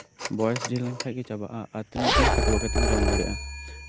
ᱵᱚᱭᱮᱥ ᱰᱷᱮᱹᱨ ᱞᱮᱱᱠᱷᱟᱱ ᱜᱮ ᱪᱟᱵᱟᱜᱼᱟ ᱛᱤᱱᱟᱹᱜ ᱫᱤᱱ ᱠᱷᱟᱹᱴᱣᱟᱹ ᱠᱟᱛᱮᱢ ᱡᱚᱢ ᱫᱟᱲᱮᱭᱟᱜᱼᱟ